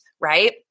right